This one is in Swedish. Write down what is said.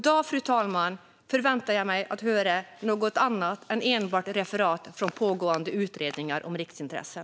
Jag förväntar mig att höra något annat än enbart referat från pågående utredningar om riksintressen.